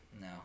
No